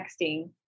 texting